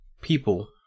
people